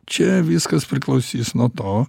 čia viskas priklausys nuo to